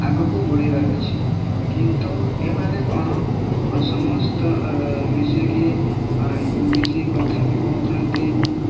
ଆଗକୁ ବଢ଼େଇବାର ଅଛି କିନ୍ତୁ ଏମାନେ କଣ ସମସ୍ତ ମିଶିକି ଇଂଲିଶ କଥା ବି କହୁଛନ୍ତି